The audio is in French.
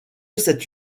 cette